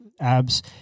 abs